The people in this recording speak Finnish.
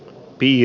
pii